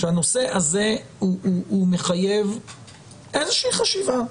שהנושא הזה הוא מחייב איזה שהיא חשיבה.